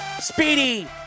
Speedy